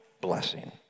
blessing